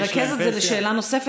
תרכז את זה לשאלה נוספת,